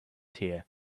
tear